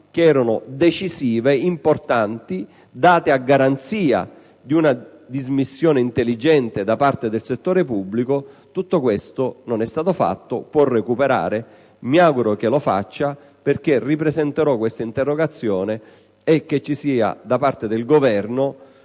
che erano decisive, importanti, date a garanzia di una dismissione intelligente da parte del settore pubblico. Tutto ciò non è stato fatto; può recuperare, mi auguro che lo faccia, perché ripresenterò questa interrogazione, affinché vi sia da parte del Governo